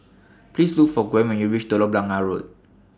Please Look For Gwen when YOU REACH Telok Blangah Road